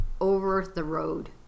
over-the-road